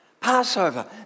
Passover